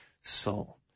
soul